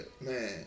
man